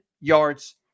yards